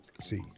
See